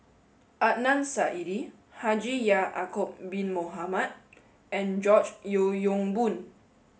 Adnan Saidi Haji Ya'acob Bin Mohamed and George Yeo Yong Boon